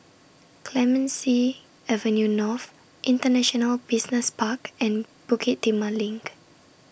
Clemenceau Avenue North International Business Park and Bukit Timah LINK